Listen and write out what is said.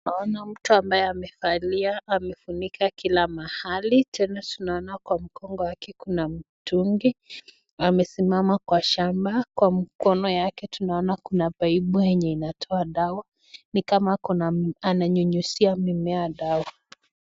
Naona mtu ambaye amevalia, amefunika kila mahali, tena tunaona kwa mgongo wake kuna mtungi, amesimama kwa shamba, kwa mkono yake tunaona kuna paipu yenye inatoa dawa, ni kama ananyunyizia mimea dawa.